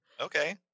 Okay